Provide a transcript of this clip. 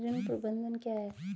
ऋण प्रबंधन क्या है?